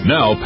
Now